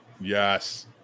Yes